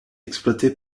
exploitée